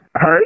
Hey